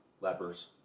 lepers